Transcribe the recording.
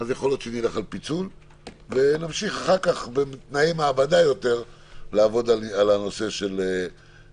אולי נלך על פיצול ונמשיך אחר כך בתנאי מעבדה לעבוד על נושא האג"חים.